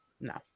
no